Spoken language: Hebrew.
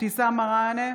אבתיסאם מראענה,